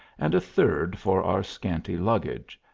and a third for our scanty luggage,